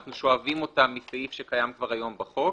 אנחנו שואבים אותה מסעיף שקיים כבר היום בחוק